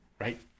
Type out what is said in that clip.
right